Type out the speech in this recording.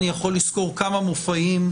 אני יכול לזכור כמה מופעים,